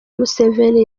museveni